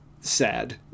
sad